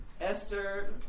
Esther